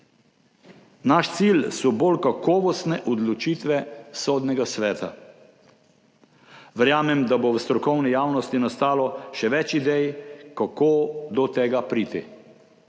Naš cilj so bolj kakovostne odločitve Sodnega sveta. Verjamem, da bo v strokovni javnosti nastalo še več idej, kako do tega priti,